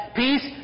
peace